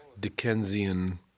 Dickensian